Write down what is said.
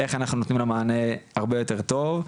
איך אנחנו נותנים לה מענה הרבה יותר טוב.